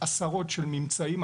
עשרות של ממצאים,